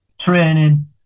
training